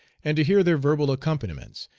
and to hear their verbal accompaniments,